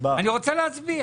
הצבעה נמנעת אחת.